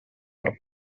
per